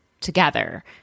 together